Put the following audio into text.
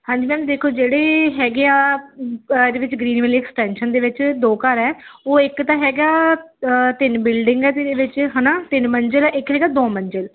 ਹਾਂਜੀ ਮੈਮ ਦੇਖੋ ਜਿਹੜੇ ਹੈਗੇ ਆ ਇਹਦੇ ਵਿੱਚ ਗਰੀਨ ਵੈਲੀ ਐਕਸਟੈਨਸ਼ਨ ਦੇ ਵਿੱਚ ਦੋ ਘਰ ਹੈ ਉਹ ਇੱਕ ਤਾਂ ਹੈਗਾ ਤਿੰਨ ਬਿਲਡਿੰਗ ਹੈ ਅਤੇ ਜਿਹਦੇ ਵਿੱਚ ਹੈ ਨਾ ਤਿੰਨ ਮੰਜ਼ਿਲ ਆ ਇੱਕ 'ਚ ਹੈਗਾ ਦੋ ਮੰਜ਼ਿਲ